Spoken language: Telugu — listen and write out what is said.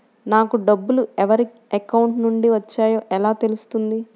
నాకు డబ్బులు ఎవరి అకౌంట్ నుండి వచ్చాయో ఎలా తెలుస్తుంది?